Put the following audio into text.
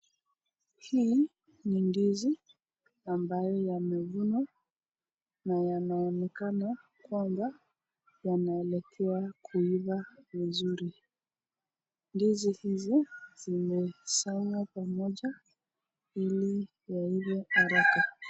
Hii ni ndizi ambayo yamevunwa na yanaonekana kwamba yanaelekea kuiva vizuri. Ndizi hizi zimesanywa pamoja ili yaive haraka.